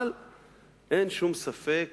אבל אין שום ספק